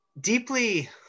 deeply